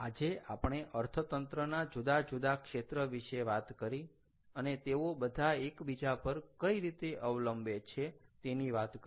આજે આપણે અર્થતંત્રના જુદા જુદા ક્ષેત્ર વિશે વાત કરી અને તેઓ બધા એકબીજા પર કઈ રીતે અવલંબે છે તેની વાત કરી